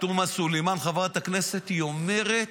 וחברת הכנסת עאידה תומא סלימאן אומרת: